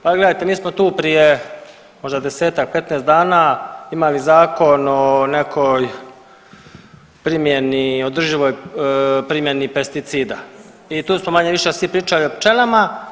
Pa gledajte mi smo tu prije možda 10-tak 15 dana imali zakon o nekoj primjeni, održivoj primjeni pesticida i tu smo manje-više svi pričali o pčelama.